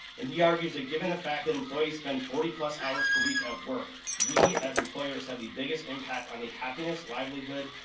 and he argues that given the fact that employees spend forty plus hours per week at work, we, as employers, have the biggest impact on the happiness, livelihood,